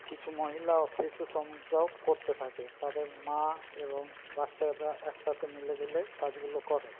কিছু মহিলা ও শিশু শ্রমিকরাও করতে থাকে তাদের মা এবং বাচ্চারা একসাথে মিলে জুলে কাজগুলো করে